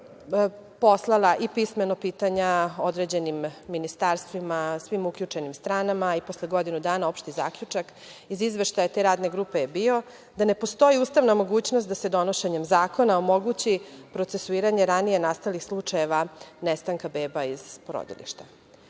poslala i pismeno pitanja određenim ministarstvima, svim uključenim stranama i posle godinu dana opšti zaključak iz izveštaja te radne grupe je bio, da ne postoji ustavna mogućnost da se donošenjem zakona omogući procesuiranje ranije nastalih slučajeva nestanka beba iz porodilišta. Onda